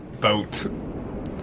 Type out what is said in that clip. boat